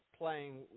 playing